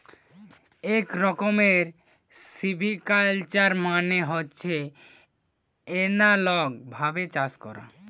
এক রকমের সিভিকালচার মানে হচ্ছে এনালগ ভাবে চাষ করা